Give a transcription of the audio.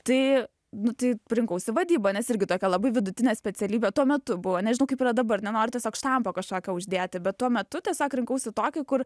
tai nu tai rinkausi vadybą nes irgi tokia labai vidutinė specialybė tuo metu buvo nežinau kaip yra dabar nenoriu tiesiog štampo kažkokio uždėti bet tuo metu tiesiog rinkausi tokį kur